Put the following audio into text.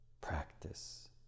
practice